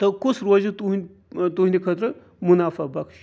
تہٕ کُس روزِ تُہٕنٛد تُہٕنٛدِ خٲطرٕ مُنافح بخش